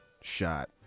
shot